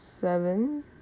seven